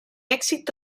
èxit